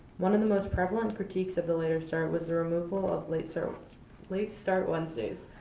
one of the most prevalent critiques of the later start was the removal of late so late start wednesdays.